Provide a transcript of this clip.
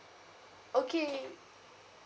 okay